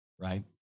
Right